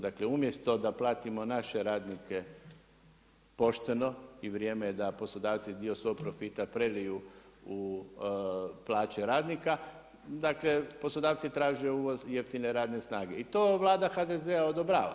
Dakle umjesto da platimo naše radnike pošteno i vrijeme je da poslodavci dio svog profita preliju u plaće radnika, dakle poslodavci traže uvoz jeftine radne snage i to Vlada HDZ-a odobrava.